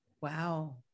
Wow